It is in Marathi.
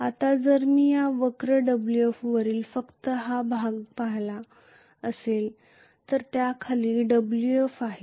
आता जर मी या वक्र WF वरील फक्त हा भाग पाहत असेल तर त्या खाली Wf 'आहे